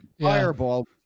Fireball